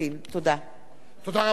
תודה רבה למזכירת הכנסת.